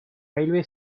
railway